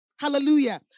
Hallelujah